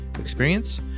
experience